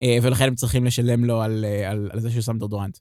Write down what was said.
ולכן הם צריכים לשלם לו על זה שהוא שם דאודורנט.